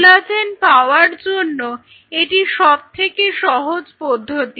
collagen পাওয়ার জন্য এটি সবথেকে সহজ পদ্ধতি